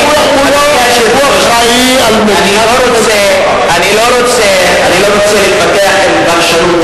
אני לא רוצה להתווכח עם הפרשנות,